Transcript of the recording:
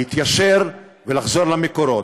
להתיישר ולחזור למקורות.